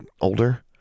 older